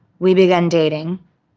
we began dating.